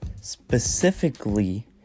specifically